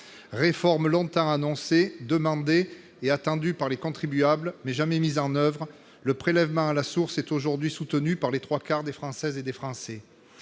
Réforme longtemps annoncée, demandée et attendue par les contribuables mais jamais mise en oeuvre, le prélèvement à la source est aujourd'hui soutenu par les trois quarts des Françaises et des Français.